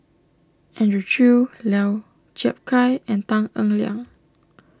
Andrew Chew Lau Chiap Khai and Tan Eng Liang